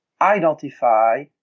identify